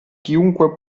chiunque